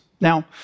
Now